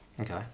Okay